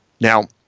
Now